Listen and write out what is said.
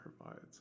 provides